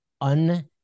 un